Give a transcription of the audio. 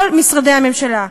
כל משרדי הממשלה,